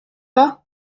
pas